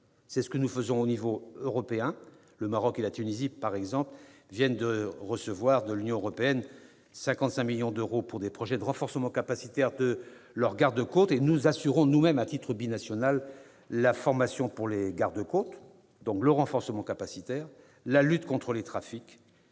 C'est ce que nous faisons au niveau européen. Par exemple, le Maroc et la Tunisie viennent de recevoir de l'Union européenne 55 millions d'euros pour des projets de renforcement capacitaire de leurs garde-côtes ; et nous assurons nous-mêmes, à titre bilatéral, la formation des garde-côtes. Deuxième priorité : la lutte contre les trafics.